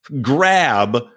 grab